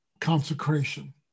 consecration